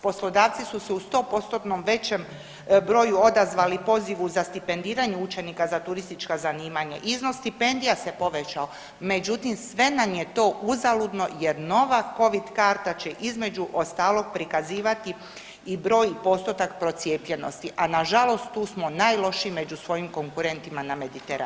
Poslodavci su se u 100%-tnom većem broju odazvali pozivu za stipendiranje učenika za turistička zanimanja, iznos stipendija se povećao, međutim sve nam je to uzaludno jer nova covid karta će između ostalog prikazivati i broj i postotak procijepljenosti, a nažalost tu smo najlošiji među svojim konkurentima na Mediteranu.